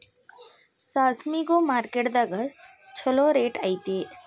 ಸಾಸ್ಮಿಗು ಮಾರ್ಕೆಟ್ ದಾಗ ಚುಲೋ ರೆಟ್ ಐತಿ